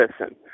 Listen